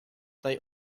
they